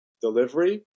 delivery